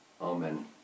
Amen